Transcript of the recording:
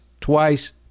twice